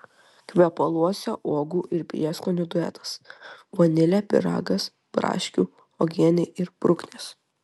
kvepaluose uogų ir prieskonių duetas vanilė pyragas braškių uogienė ir bruknės